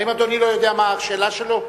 האם אדוני לא יודע מה השאלה שלו?